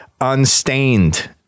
unstained